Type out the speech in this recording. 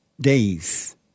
days